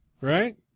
right